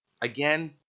again